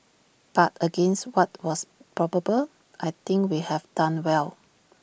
but against what was probable I think we have done well